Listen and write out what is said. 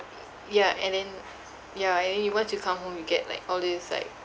ya and then ya and then you once you come home you get like all these like